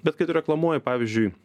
bet kai tu reklamuoji pavyzdžiui